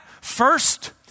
first